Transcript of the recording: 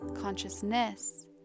consciousness